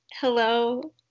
Hello